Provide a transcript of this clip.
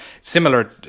Similar